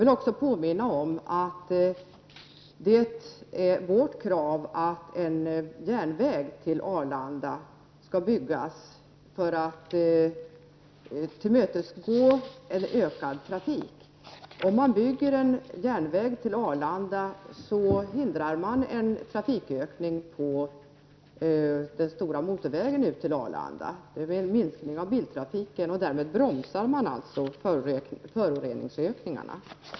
Vi kräver att det skall byggas en järnväg till Arlanda för att möta en ökad trafik. Om man bygger en järnväg till Arlanda, hindrar man en trafikökning på den stora motorvägen ut till Arlanda. Det leder till en minskning av biltrafiken, och därmed bromsar man ökningen av föroreningarna.